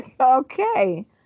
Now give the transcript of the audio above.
Okay